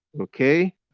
okay